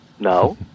No